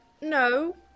No